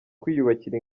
kwiyubakira